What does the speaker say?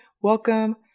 welcome